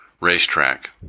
racetrack